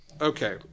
Okay